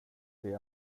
det